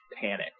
panicked